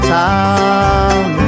time